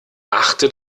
achte